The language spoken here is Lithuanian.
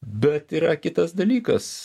bet yra kitas dalykas